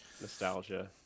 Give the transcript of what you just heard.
nostalgia